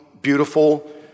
beautiful